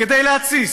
כדי להתסיס?